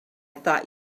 thought